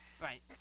right